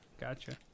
Gotcha